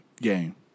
Game